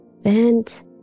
vent